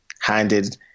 handed